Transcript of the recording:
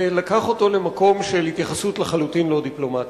ולקח אותו למקום של התייחסות לחלוטין לא דיפלומטית.